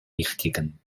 richtigen